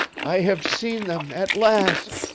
i have seen them at last!